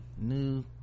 new